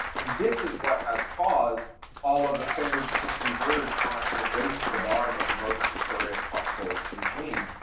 and this is what has caused all of the standards to converge on a kind of race to the bottom of the most and serious possible regime.